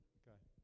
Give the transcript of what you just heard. okay